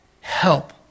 help